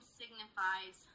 signifies